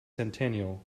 centennial